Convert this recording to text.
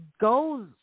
goes